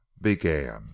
began